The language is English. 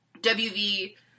WV